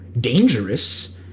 dangerous